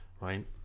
right